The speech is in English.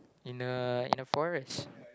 in a in a forest